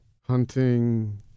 hunting